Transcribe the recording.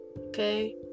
Okay